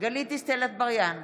גלית דיסטל אטבריאן,